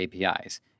APIs